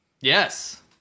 Yes